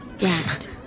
Rat